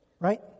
right